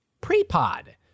pre-pod